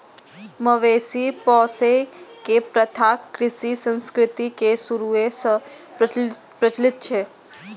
मवेशी पोसै के प्रथा कृषि संस्कृति के शुरूए सं प्रचलित छै